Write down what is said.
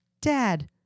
Dad